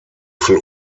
viel